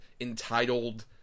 entitled